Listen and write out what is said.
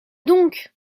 donc